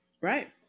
Right